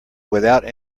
without